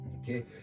okay